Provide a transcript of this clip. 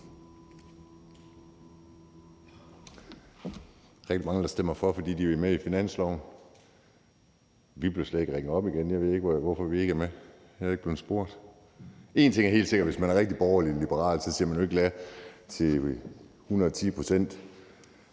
Der er mange, der stemmer for, fordi de vil med i finansloven. Vi blev slet ikke ringet op. Jeg ved ikke, hvorfor vi ikke er med; jeg er ikke blevet spurgt. Én ting er helt sikkert: Hvis man er rigtig borgerlig og liberal, siger man jo ikke ja til 110 pct.s